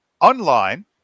online